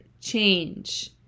change